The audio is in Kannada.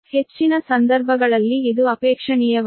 ಹೆಚ್ಚಿನ ಸಂದರ್ಭಗಳಲ್ಲಿ ಇದು ಅಪೇಕ್ಷಣೀಯವಾಗಿದೆ